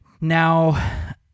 Now